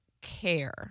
care